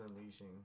unleashing